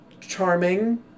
charming